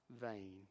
vain